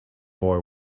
boy